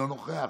אינו נוכח,